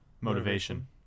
Motivation